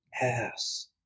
ass